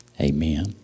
Amen